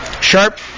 Sharp